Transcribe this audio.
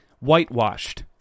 whitewashed